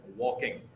walking